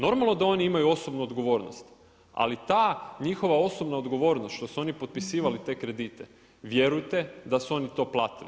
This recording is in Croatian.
Normalno da oni imaju osobnu odgovornost, ali ta njihova osobna odgovornost što su oni potpisivali te kredite vjerujte da su oni to platili.